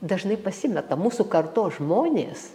dažnai pasimeta mūsų kartos žmonės